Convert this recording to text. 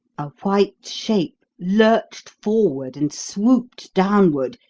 a white shape lurched forward and swooped downward,